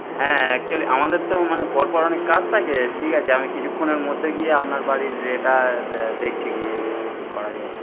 হ্যাঁ অ্যাকচুয়লি আমাদের তো মানে পর পর অনেক কাজ থাকে ঠিক আছে আমি কিছুক্ষণের মধ্যে গিয়ে আপনার বাড়ির ইয়েটা দেখছি গিয়ে কি করা যায়